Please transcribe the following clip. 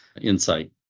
insight